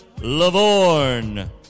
LaVorn